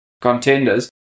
contenders